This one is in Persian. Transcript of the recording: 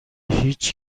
هیچ